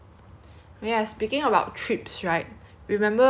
when we were going to go to korea together